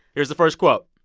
here's the first quote,